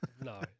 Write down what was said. no